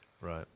Right